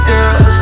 Girl